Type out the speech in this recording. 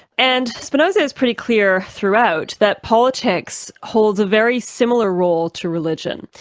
and spinoza's pretty clear throughout that politics holds a very similar role to religion.